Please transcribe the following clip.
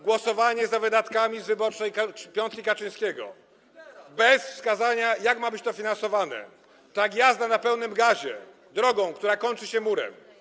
Głosowanie za wydatkami z wyborczej piątki Kaczyńskiego bez wskazania, jak ma to być finansowane, to jak jazda na pełnym gazie drogą, która kończy się murem.